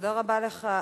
תודה רבה לך,